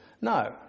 No